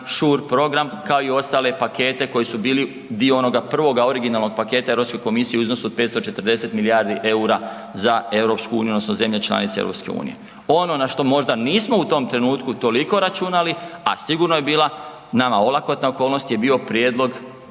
Shure program kao i ostale pakete koji su bili dio onoga prvoga originalnog pakete Europske komisije u iznosu od 540 milijardi EUR-a za EU odnosno zemlje članice EU. Ono na što možda nismo u tom trenutku toliko računali, a sigurno je bila nama olakotna okolnost je bio prijedlog,